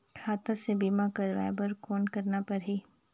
खाता से बीमा करवाय बर कौन करना परही?